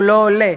הוא לא עולה.